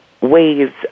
ways